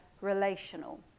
relational